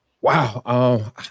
Wow